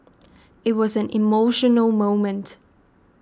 it was an emotional moment